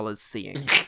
seeing